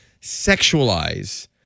sexualize